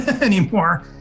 anymore